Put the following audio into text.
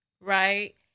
Right